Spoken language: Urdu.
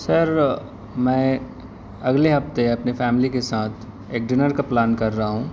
سر میں اگلے ہفتے اپنی فیملی کے ساتھ ایک ڈنر کا پلان کر رہا ہوں